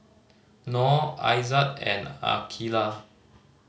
Nor Aizat and Aqeelah